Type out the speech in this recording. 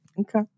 Okay